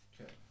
Okay